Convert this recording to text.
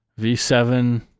V7